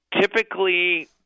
Typically